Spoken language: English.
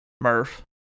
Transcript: Murph